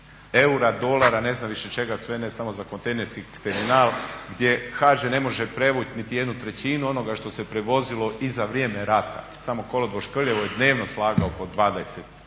eura, dolara, ne znam više čega sve ne samo za kontejnerski terminal gdje HŽ ne može prevući niti jednu trećinu onoga što se prevozilo i za vrijeme rata, samo kolodvor Škrljevo je dnevno slagao po 20